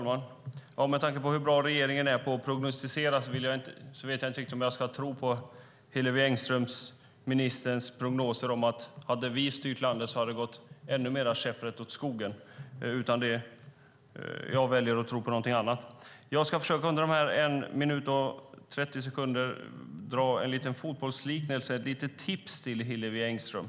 Fru talman! Med tanke på hur bra regeringen är på att prognostisera vet jag inte riktigt om jag ska tro på Hillevi Engströms prognoser om att om Socialdemokraterna hade styrt landet hade det gått ännu mer käpprätt åt skogen. Jag väljer att tro på något annat. Jag ska under min återstående 1 minut och 30 sekunder försöka dra en liten fotbollsliknelse och ge ett tips till Hillevi Engström.